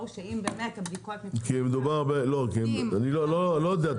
אני לא יודע.